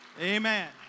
Amen